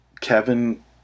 Kevin